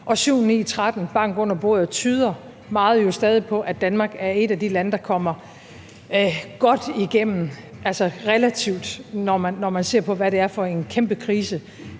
bank under bordet, tyder meget jo stadig på, at Danmark er et af de lande, der kommer relativt godt igennem pandemien, når man ser på, hvad det er for en kæmpe krise,